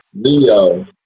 Leo